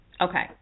Okay